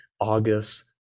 August